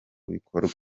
bikorwa